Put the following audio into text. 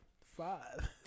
Five